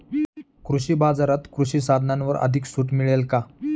कृषी बाजारात कृषी साधनांवर अधिक सूट मिळेल का?